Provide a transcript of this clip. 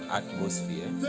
atmosphere